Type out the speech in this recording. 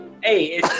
hey